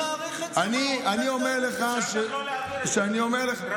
אני מעריך את זה מאוד.